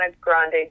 Grande